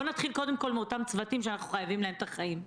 בוא נתחיל קודם כול מאותם צוותים שאנחנו חייבים להם את החיים.